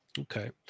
okay